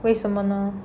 为什么呢